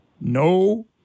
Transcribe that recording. no